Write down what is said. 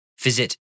Visit